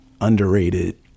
underrated